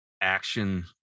action